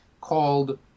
called